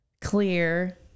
clear